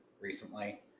recently